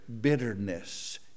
bitterness